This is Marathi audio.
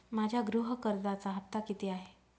माझ्या गृह कर्जाचा हफ्ता किती आहे?